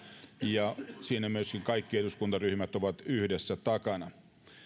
ja siinä kaikki eduskuntaryhmät ovat myöskin yhdessä takana